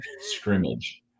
scrimmage